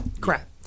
Crap